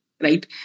right